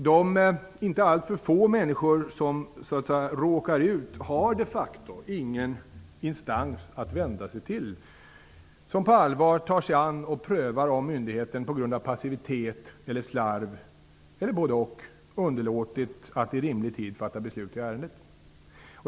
De inte alltför få människor som råkar ut för detta har de facto ingen instans att vända sig till som på allvar tar sig an och prövar om myndigheten på grund av passivitet eller slarv, eller både-och, underlåtit att i rimlig tid fatta beslut i ärendet.